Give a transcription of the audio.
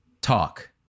talk